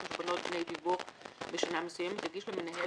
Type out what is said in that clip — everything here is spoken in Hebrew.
חשבונות בני דיווח בשנה מסוימת יגיש למנהל,